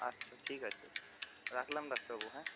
আচ্ছা ঠিক আছে রাখলাম ডাক্তারবাবু হ্যাঁ